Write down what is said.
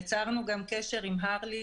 יצרנו גם קשר עם הרל"י,